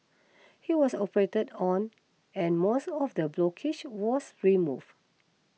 he was operated on and most of the blockage was removed